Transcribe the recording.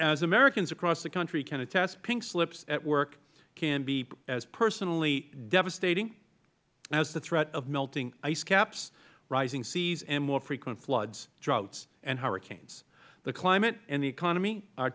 as americans across the country can attest pink slips at work can be as personally devastating as the threat of melting ice caps rising seas and more frequent floods droughts and hurricanes the climate and the economy